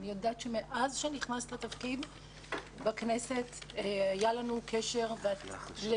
אני יודעת שמאז שנכנסת לתפקיד בכנסת היה לנו קשר ואת פועלת